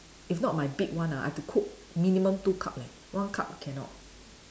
if not my big one ah I have to cook minimum two cup leh one cup cannot